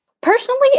Personally